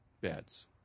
beds